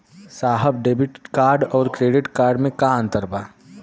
साहब debit card और credit card में का अंतर बा?